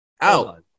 Out